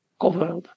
covered